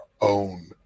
own